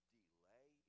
delay